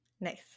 Nice